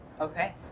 Okay